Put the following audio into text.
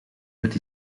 het